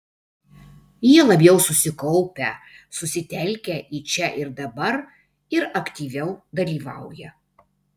jie labiau susikaupę susitelkę į čia ir dabar ir aktyviau dalyvauja